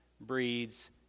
breeds